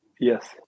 Yes